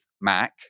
Mac